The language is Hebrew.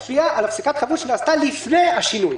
הפסקת חברות שנעשתה לפני השינוי.